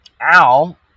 al